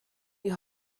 die